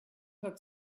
that